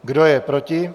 Kdo je proti?